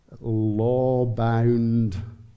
law-bound